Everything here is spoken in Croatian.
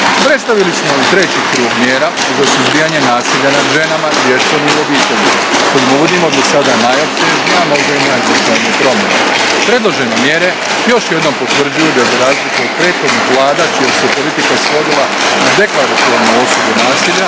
Predstavili smo i treći krug mjera za suzbijanje nasilja nad ženama, djecom i u obitelji, kojim uvodimo, do sada najopsežnije, a i možda najznačajnije promjene. Predložene mjere još jednom potvrđuju da za razliku od prethodnih Vlada čije se politika svodila na deklaratornu osudu nasilja,